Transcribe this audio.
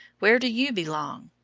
where do you belong?